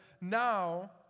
now